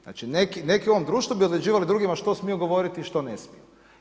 Znači neki u ovom društvu bi određivali drugima što smiju govoriti, što ne smiju.